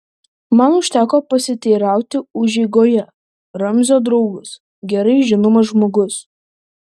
man užteko pasiteirauti užeigoje ramzio draugas gerai žinomas žmogus